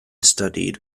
studied